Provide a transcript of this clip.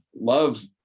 love